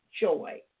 Joy